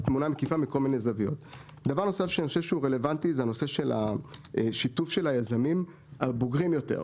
שהוא רלוונטי זה הנושא של השיתוף של היזמים הבוגרים יותר.